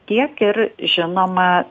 tiek ir žinoma